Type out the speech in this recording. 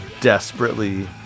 desperately